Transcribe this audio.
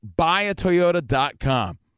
BuyAToyota.com